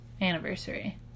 anniversary